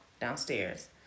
downstairs